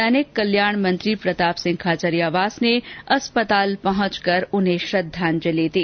सैनिक कल्याण मंत्री प्रताप सिंह खाचरियावास ने अस्पताल पहुंचकर उन्हें श्रद्वाजंलि दी